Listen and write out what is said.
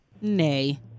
Nay